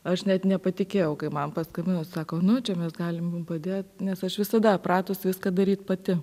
aš net nepatikėjau kai man paskambino sako nu čia mes galim padėt nes aš visada pratus viską daryt pati